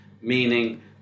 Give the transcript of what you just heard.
meaning